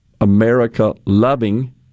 America-loving